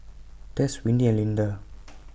Tess Windy and Linda